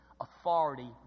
authority